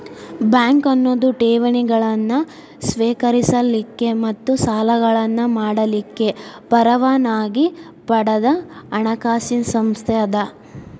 bank ಅನ್ನೊದು ಠೇವಣಿಗಳನ್ನ ಸ್ವೇಕರಿಸಲಿಕ್ಕ ಮತ್ತ ಸಾಲಗಳನ್ನ ಮಾಡಲಿಕ್ಕೆ ಪರವಾನಗಿ ಪಡದ ಹಣಕಾಸಿನ್ ಸಂಸ್ಥೆ ಅದ